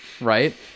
Right